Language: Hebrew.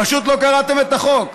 פשוט לא קראתם את החוק.